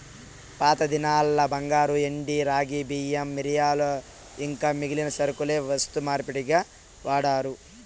పాతదినాల్ల బంగారు, ఎండి, రాగి, బియ్యం, మిరియాలు ఇంకా మిగిలిన సరకులే వస్తు మార్పిడిగా వాడారు